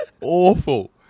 awful